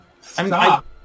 Stop